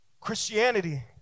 Christianity